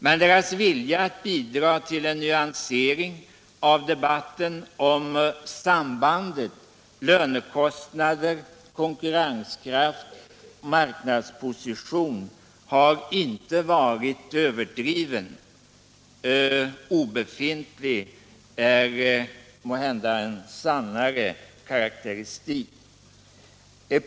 Men deras vilja att bidra till en nyansering av debatten om sambandet lönekostnader-konkurrenskraft —-marknadsposition har inte varit överdriven. Obefintlig är måhända en sannare karakteristik.